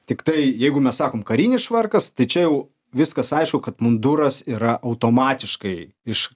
tiktai jeigu mes sakom karinis švarkas tai čia jau viskas aišku kad munduras yra automatiškai iš